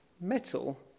metal